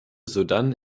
sodann